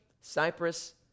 Cyprus